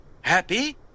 Happy